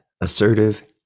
assertive